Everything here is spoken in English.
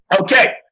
Okay